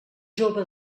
jove